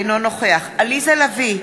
אינו נוכח עליזה לביא,